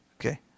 okay